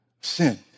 sin